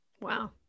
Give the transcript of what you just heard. wow